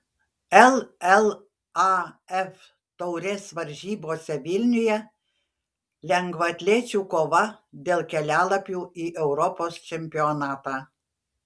llaf taurės varžybose vilniuje lengvaatlečių kova dėl kelialapių į europos čempionatą